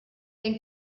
thank